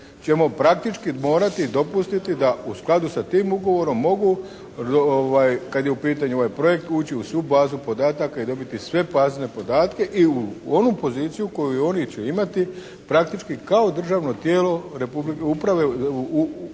ćemo praktički morati dopustiti da u skladu sa tim ugovorom mogu kada je u pitanju ovaj projekt ući u svu bazu podataka i dobiti sve bazne podatke i u onu poziciju koju oni će imati praktički kao državno tijelo vezano